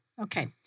Okay